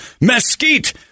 mesquite